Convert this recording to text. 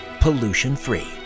pollution-free